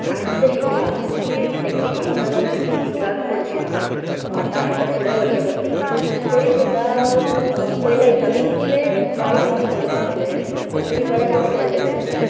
आनी कशें शिकला ती टेक्नीक हांगासर कशीच यूजान पडची ना सो आता हेच्या फुडें वच्चें पडटले तरी सुद्दां पयले एग्जामिक इतले वाइट मार्क्स पड नासले खंय तरी बरें मार्क्स पडलेले